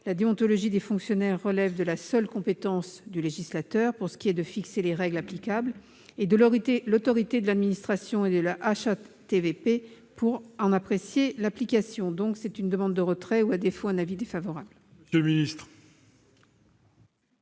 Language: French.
la déontologie des fonctionnaires relève de la seule compétence du législateur pour ce qui est de fixer les règles applicables, et de l'autorité de l'administration et de la HATVP, pour en apprécier l'application. Je demande le retrait de cet amendement ; à défaut,